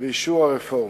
ואישור של הרפורמה.